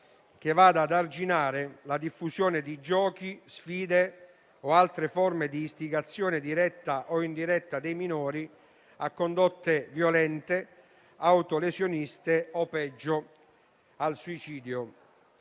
che vada ad arginare la diffusione di giochi, sfide o altre forme di istigazione diretta o indiretta dei minori a condotte violente, autolesioniste o peggio al suicidio.